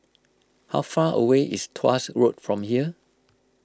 how far away is Tuas Road from here